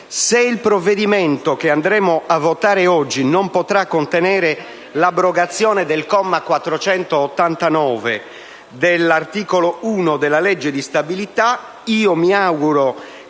Se il provvedimento che andremo a votare oggi non potrà contenere l'abrogazione del comma 489 dell'articolo 1 della legge di stabilità, mi auguro che